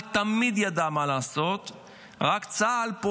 צה"ל תמיד ידע מה לעשות,